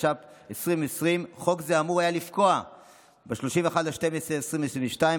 התש"ף 2020. חוק זה אמור היה לפקוע ב-31 בדצמבר 2022,